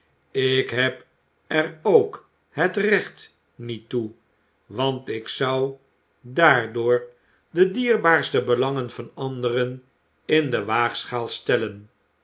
ik heb er ook het recht niet toe want ik zou daardoor de dierbaarste belangen van anderen in de waagschaal stellen